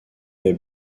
est